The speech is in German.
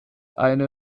eine